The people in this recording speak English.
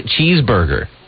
cheeseburger